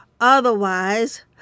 otherwise